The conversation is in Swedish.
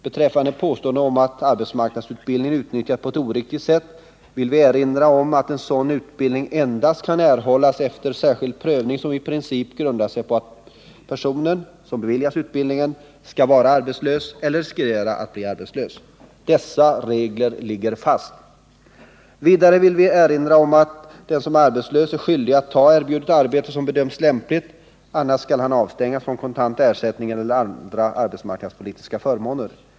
Beträffande påståendet om att arbetsmarknadsutbildning utnyttjas på ett oriktigt sätt vill jag erinra om att sådan utbildning endast kan erhållas efter särskild prövning, som i princip grundar sig på att person som beviljas utbildning skall vara arbetslös eller riskera att bli arbetslös. Dessa regler ligger fast. Vidare vill vi erinra om att en person som är arbetslös är skyldig att ta erbjudet arbete som bedöms lämpligt. Annars skall han avstängas från att få kontant ersättning eller andra arbetsmarknadspolitiska förmåner.